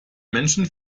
menschen